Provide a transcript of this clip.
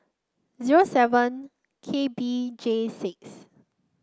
zero seven K B J six